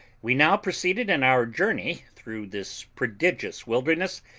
we now proceeded in our journey through this prodigious wilderness,